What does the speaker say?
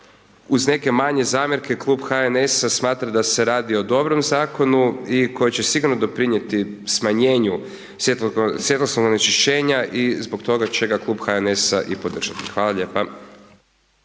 uz neke manje zamjerke Klub HNS-a smatra da se radi o dobrom zakonu i koji će sigurno doprinjeti smanjenju svjetlosnog onečišćenja i zbog će ga klub HNS-a i podržati. Hvala lijepa.